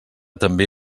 també